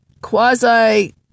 quasi